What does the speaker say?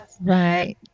Right